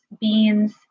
beans